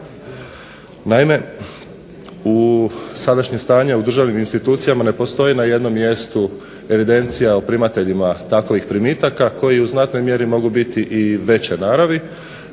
Naime, u sadašnjem stanju u državnim institucijama ne postoji na jednom mjestu evidencija o primateljima takvih primitaka koji u znatnoj mjeri mogu biti i veće naravi